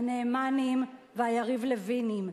הנאמנים והיריב-לוינים.